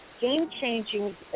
game-changing